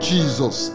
Jesus